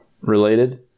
related